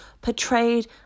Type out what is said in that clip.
portrayed